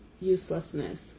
uselessness